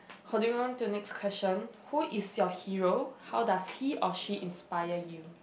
holding on to next question who is your hero how does he or she inspire you